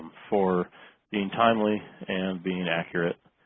for being timely and being accurate.